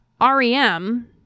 REM